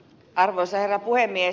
arvoisa herra puhemies